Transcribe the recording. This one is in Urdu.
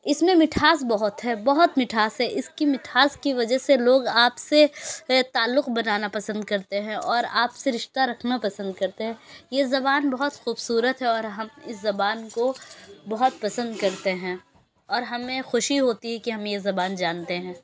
اس میں مٹھاس بہت ہے بہت مٹھاس ہے اس کی مٹھاس کی وجہ سے لوگ آپ سے تعلق بنانا پسند کرتے ہیں اور آپ سے رشتہ رکھنا پسند کرتے ہیں یہ زبان بہت خوبصورت ہے اور ہم اس زبان کو بہت پسند کرتے ہیں اور ہمیں خوشی ہوتی ہے کہ ہم یہ زبان جانتے ہیں